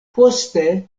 poste